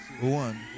one